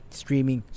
streaming